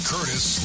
Curtis